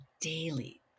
daily